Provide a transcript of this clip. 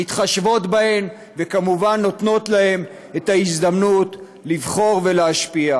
מתחשבות בהם וכמובן נותנות להם את ההזדמנות לבחור ולהשפיע,